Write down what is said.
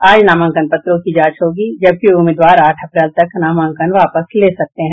आज नामांकन पत्रों की जांच होगी जबकि उम्मीदवार आठ अप्रैल तक नामांकन वापस ले सकते हैं